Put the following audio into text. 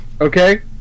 okay